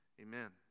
amen